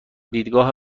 دیدگاه